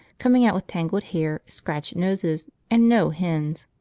coming out with tangled hair, scratched noses, and no hens.